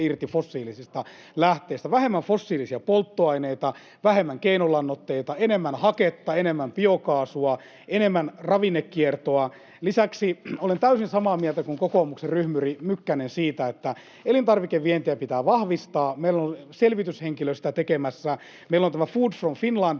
vähemmän fossiilisia polttoaineita, vähemmän keinolannoitteita, enemmän haketta, enemmän biokaasua, enemmän ravinnekiertoa. Lisäksi olen täysin samaa mieltä kuin kokoomuksen ryhmyri Mykkänen siitä, että elintarvikevientiä pitää vahvistaa. Meillä on selvityshenkilö sitä tekemässä. Meillä on tämä Food from Finland